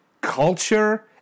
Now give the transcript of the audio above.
culture